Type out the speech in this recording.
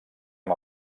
amb